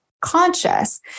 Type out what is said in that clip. conscious